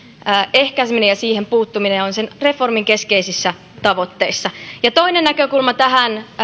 ehkäiseminen ja siihen puuttuminen ovat sen reformin keskeisissä tavoitteissa toinen näkökulma tähän